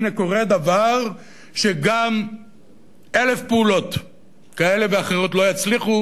הנה קורה דבר שגם אלף פעולות כאלה ואחרות לא יצליחו